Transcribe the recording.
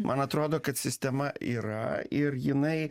man atrodo kad sistema yra ir jinai